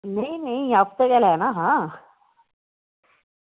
नेईं नेईं आपें गै लैना हा